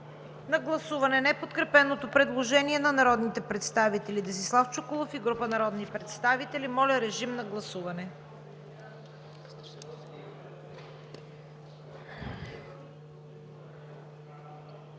на гласуване неподкрепеното предложение на народния представител Десислав Чуколов и група народни представители. Гласували